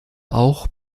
auch